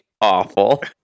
awful